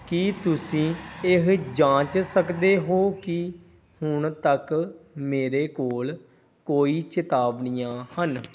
ਕੀ ਤੁਸੀਂ ਇਹ ਜਾਂਚ ਸਕਦੇ ਹੋ ਕਿ ਹੁਣ ਤੱਕ ਮੇਰੇ ਕੋਲ ਕੋਈ ਚੇਤਾਵਨੀਆਂ ਹਨ